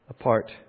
apart